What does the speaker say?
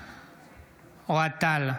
בעד אוהד טל,